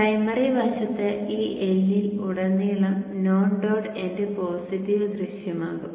primary വശത്ത് ഈ L ൽ ഉടനീളം നോൺ ഡോട്ട് എൻഡ് പോസിറ്റീവ് ദൃശ്യമാകും